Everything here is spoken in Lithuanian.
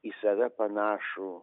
į save panašų